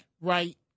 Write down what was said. right